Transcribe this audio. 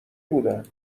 بودن